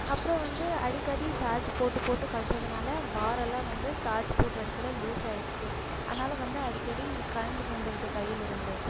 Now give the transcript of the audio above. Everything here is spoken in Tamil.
அப்புறம் வந்து அடிக்கடி சார்ஜ் போட்டு போட்டு கழட்டறதுனால வாரல்லாம் வந்து சார்ஜ் போடுகிற இடத்துல லூசாகிடுச்சு அதனால வந்து அடிக்கடி கழண்டு வந்துடுது கையிலிருந்து